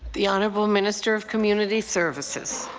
the honourable minister of community services.